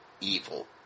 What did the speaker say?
evil